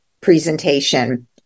presentation